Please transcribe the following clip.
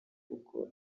kuko